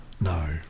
No